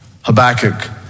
Habakkuk